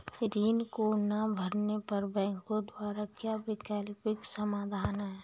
ऋण को ना भरने पर बैंकों द्वारा क्या वैकल्पिक समाधान हैं?